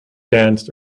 danced